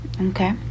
Okay